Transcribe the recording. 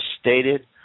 stated